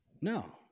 no